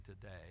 today